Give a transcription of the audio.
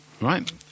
Right